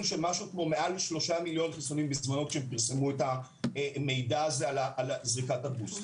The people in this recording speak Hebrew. של משהו כמו מעל 3 מיליון חיסונים כשפרסמנו את המידע על זריקת הבוסט.